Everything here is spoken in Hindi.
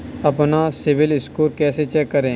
अपना सिबिल स्कोर कैसे चेक करें?